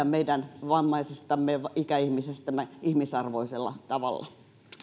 meidän vammaisistamme ikäihmisistämme ihmisarvoisella tavalla